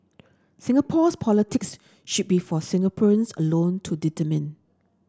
Singapore's politics should be for Singaporeans alone to determine